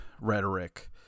rhetoric